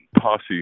posse